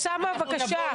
אוסאמה, בבקשה.